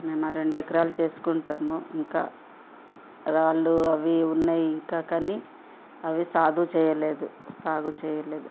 మేమా రెండెకరాలు చేసుకుంటాము ఇంకా రాళ్ళు అవి ఉన్నాయి ఇంకా కానీ అవి సాగు చేయలేదు సాగు చేయలేదు